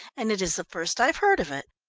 and it is the first i've heard of it.